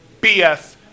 BS